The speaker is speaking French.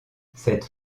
cette